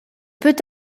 peut